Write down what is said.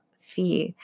fear